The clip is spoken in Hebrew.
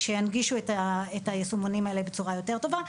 כדי שישפרו וינגישו את היישומונים האלה בצורה יותר טובה.